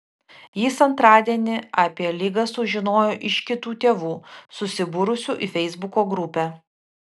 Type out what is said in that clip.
jis antradienį apie ligą sužinojo iš kitų tėvų susibūrusių į feisbuko grupę